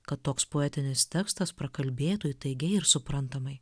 kad toks poetinis tekstas prakalbėtų įtaigiai ir suprantamai